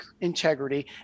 integrity